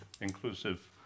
Inclusive